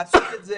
לעשות את זה